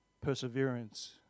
perseverance